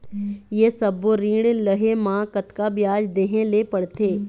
ये सब्बो ऋण लहे मा कतका ब्याज देहें ले पड़ते?